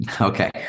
okay